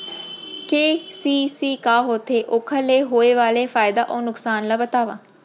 KCC का होथे, ओखर ले होय वाले फायदा अऊ नुकसान ला बतावव?